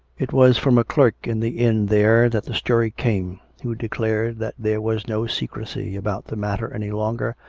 it was from a clerk in the inn there that the story came, who declared that there was no secrecy about the matter any longer,